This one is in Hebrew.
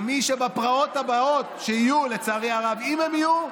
כמי שבפרעות הבאות, שיהיו, לצערי הרב, אם הן יהיו,